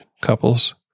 couples